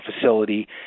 facility